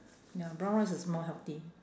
ya brown rice is more healthy